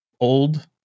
old